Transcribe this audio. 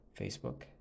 Facebook